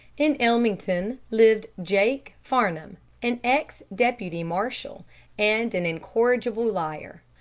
in ellmington lived jake farnum, an ex-deputy marshal and an incorrigible liar,